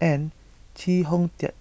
and Chee Hong Tat